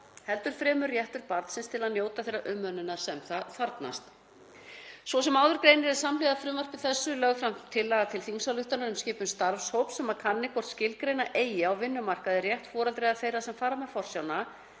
heldur fremur réttur barnsins til að njóta þeirrar umönnunar sem það þarfnast. Svo sem áður greinir er samhliða frumvarpi þessu lögð fram tillaga til þingsályktunar um skipun starfshóps sem kanni hvort skilgreina eigi á vinnumarkaði rétt foreldra eða þeirra sem fara með forsjána